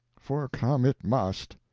for come it must.